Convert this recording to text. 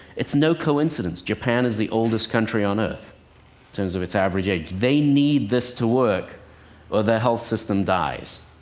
it's no coincidence. japan is the oldest country on earth in terms of its average age. they need this to work or their health system dies.